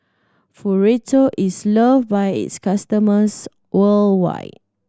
Futuro is love by its customers worldwide